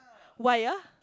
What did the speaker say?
why ah